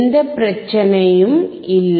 எந்த பிரச்சனையும் இல்லை